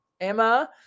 Emma